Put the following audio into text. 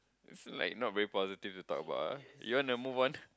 like not very positive to talk about ah you want to move on